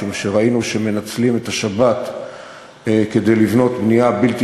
משום שראינו שמנצלים את השבת כדי לבנות בנייה בלתי